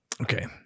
Okay